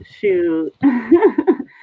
shoot